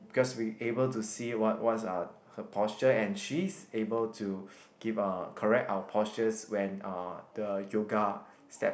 because we able to see what what's uh her posture and she's able to give uh correct our postures when uh the yoga step